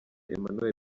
emmanuel